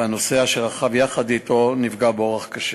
והנוסע שרכב יחד אתו נפגע באורח קשה.